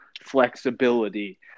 flexibility